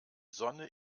sonne